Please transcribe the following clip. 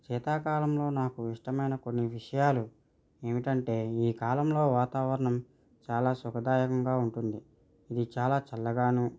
శీతాకాలంలో నాకు ఇష్టమైన కొన్ని విషయాలు ఏమిటంటే ఈ కాలంలో వాతావరణం చాలా సుఖదాయకంగా ఉంటుంది ఇది చాలా చల్లగాను